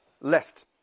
list